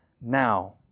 now